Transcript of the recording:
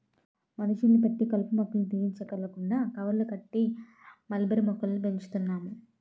మనుషుల్ని పెట్టి కలుపు మొక్కల్ని తీయంచక్కర్లేకుండా కవర్లు కట్టి మల్బరీ మొక్కల్ని పెంచుతున్నాం